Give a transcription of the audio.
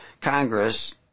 Congress